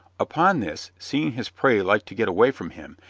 upon this, seeing his prey like to get away from him,